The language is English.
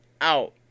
out